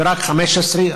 ורק 15%